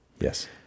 Yes